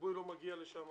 כיבוי לא מגיע לשם,